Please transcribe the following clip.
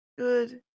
Good